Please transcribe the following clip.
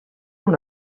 dans